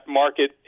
market